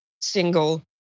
single